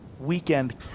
weekend